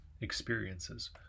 experiences